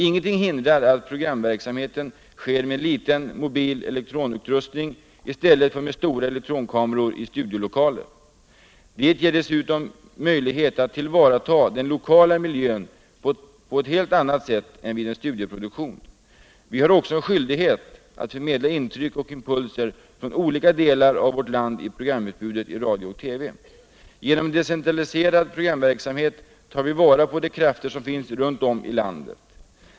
Ingenting hindrar att programverksamheten sker med liten mobil elektronutrustning i stället för med stora elektronkameror i studiolokaler. Det ger dessutom möjlighet att tillvarata den lokala miljön på ct heh annat sätt än vid en studioproduktion. Vi har också i programutbudet i radio och TV en skyldighet att förmedla intryck och impulser från olika delar av vårt land. Genom cen decentraliserad programverksamhet tar vi vara på de krafter som finns runt om i landet.